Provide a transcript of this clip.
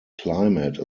climate